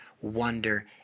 wonder